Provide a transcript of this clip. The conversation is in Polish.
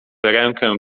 rękę